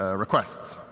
ah requests.